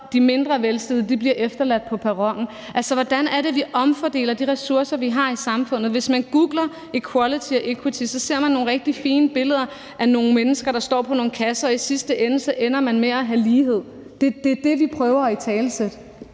de mindre velstillede bliver efterladt på perronen. Altså, hvordan er det, at vi omfordeler de ressourcer, vi har i samfundet? Hvis man googler equality and equity, ser man nogle rigtig fine billeder af nogle mennesker, der står på nogle kasser, og i sidste ende ender man med at have lighed. Det er det, vi prøver at italesætte.